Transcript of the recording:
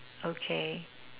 okay